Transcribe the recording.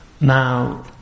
now